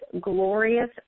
glorious